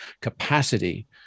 capacity